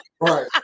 Right